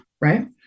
right